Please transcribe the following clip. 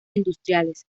industriales